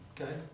Okay